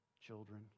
children